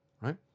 right